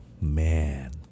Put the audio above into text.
man